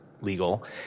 legal